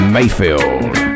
Mayfield